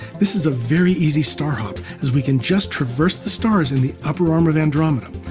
this is a very easy star hop, as we can just traverse the stars in the upper arm of andromeda.